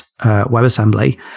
WebAssembly